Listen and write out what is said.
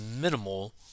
minimal